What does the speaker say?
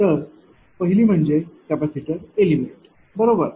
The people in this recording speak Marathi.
तर पहिली म्हणजे कपॅसिटर एलिमेंट बरोबर